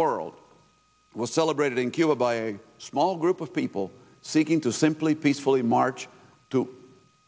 world was celebrated in cuba by a small group of people seeking to simply peacefully march to